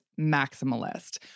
maximalist